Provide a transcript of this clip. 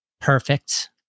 perfect